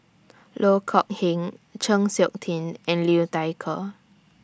Loh Kok Heng Chng Seok Tin and Liu Thai Ker